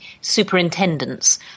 superintendents